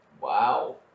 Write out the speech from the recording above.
Wow